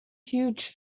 huge